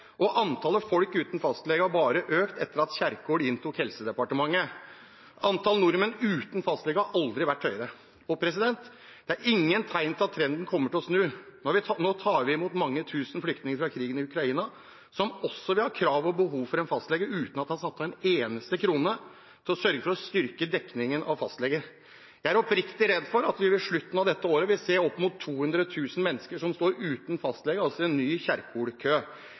folk uten fastlege har bare økt etter at Kjerkol inntok Helsedepartementet. Antall nordmenn uten fastlege har aldri vært høyere, og det er ingen tegn til at trenden kommer til å snu. Nå tar vi imot mange tusen flyktninger fra krigen i Ukraina som også vil ha krav på og behov for en fastlege, uten at det er satt av én eneste krone for å styrke dekningen av fastleger. Jeg er oppriktig redd for at vi ved slutten av dette året vil se opp mot 200 000 mennesker som står uten fastlege, altså en ny